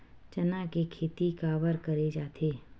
चना के खेती काबर करे जाथे?